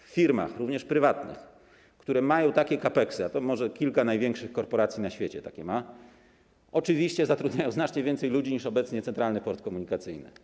W firmach, również prywatnych, które mają takie CAPEX-y, a może kilka największych korporacji na świecie takie ma, oczywiście zatrudniają znacznie więcej ludzi, niż obecnie zatrudnia Centralny Port Komunikacyjny.